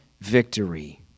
victory